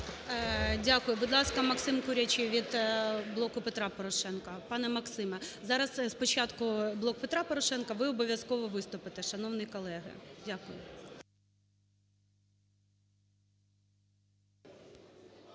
Дякую. Будь ласка, Максим Курячий від "Блоку Петра Порошенка". Пане Максиме, зараз спочатку "Блок Петра Порошенка", ви обов'язково виступите, шановний колего. Дякую.